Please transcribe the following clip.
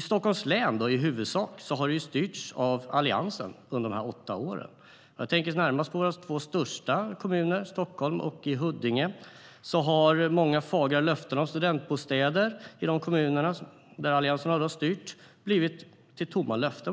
Stockholms län har i huvudsak styrts av Alliansen under dessa åtta år. Jag tänker närmast på våra två största kommuner, Stockholm och Huddinge, där Alliansen har styrt och där många fagra löften om studentbostäder bara har blivit tomma löften.